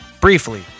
briefly